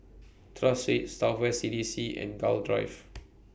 Tras Street South West C D C and Gul Drive